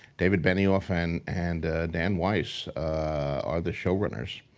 david benioff and and dan weiss are the show runners.